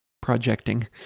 projecting